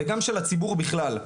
וגם של הציבור בכלל.